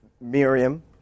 Miriam